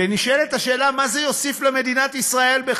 ונשאלת השאלה מה זה יוסיף למדינת ישראל בכלל,